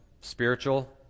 spiritual